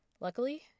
Luckily